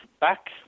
back